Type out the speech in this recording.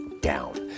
down